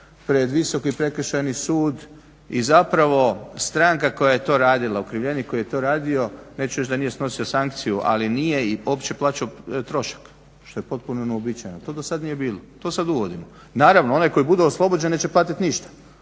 pred Visoki prekršajni sud i zapravo stranka koja je to radila, okrivljenik koji je to radio neću reći da nije snosio sankciju, ali nije uopće plaćao trošak što je potpuno neuobičajeno. To dosad nije bilo, to sad uvodimo. Naravno, onaj koji bude oslobođen neće platit ništa,